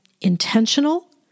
intentional